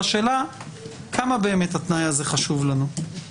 והשאלה כמה באמת התנאי הזה חשוב לנו,